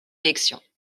élections